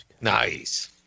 Nice